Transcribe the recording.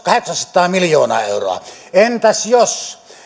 kahdeksansataa miljoonaa euroa entäs jos